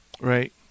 Right